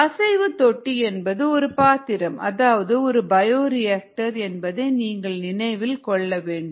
அசைவு தொட்டி என்பது ஒரு பாத்திரம் அதாவது ஒரு பயோரியாக்டர் என்பதை நீங்கள் நினைவில் கொள்ள வேண்டும்